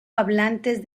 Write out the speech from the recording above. hablantes